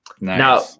Now